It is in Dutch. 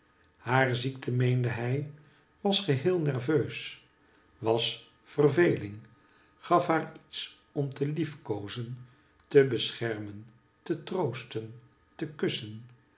haar ziekte meende hij was geheel nerveus was verveling gaf haar iets om te liefkoozen te beschermen te troosten te kussen